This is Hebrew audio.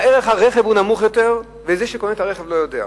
ערך הרכב נמוך יותר וזה שקונה את הרכב לא יודע זאת.